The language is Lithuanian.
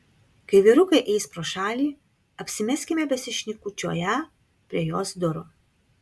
kai vyrukai eis pro šalį apsimeskime besišnekučiuoją prie jos durų